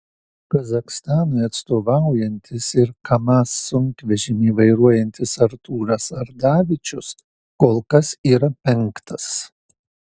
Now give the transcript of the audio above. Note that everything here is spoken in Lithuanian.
kazachstanui atstovaujantis ir kamaz sunkvežimį vairuojantis artūras ardavičius kol kas yra penktas